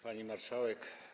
Pani Marszałek!